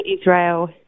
Israel